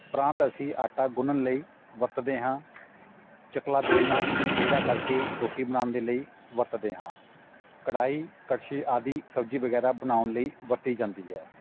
ਪ੍ਰਾਂਤ ਅਸੀਂ ਆਟਾ ਗੁੰਨਣ ਲਈ ਵਰਤਦੇ ਹਾਂ ਚੱਕਲਾ ਬੇਲਣਾ ਪੇੜਾ ਕਰਕੇ ਰੋਟੀ ਬਣਾਉਣ ਦੇ ਲਈ ਵਰਤਦੇ ਹਾਂ ਕੜਾਹੀ ਕੜਛੀ ਆਦਿ ਸਬਜ਼ੀ ਵਗੈਰਾ ਬਣਾਉਣ ਲਈ ਵਰਤੀ ਜਾਂਦੀ ਹੈ